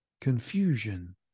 confusion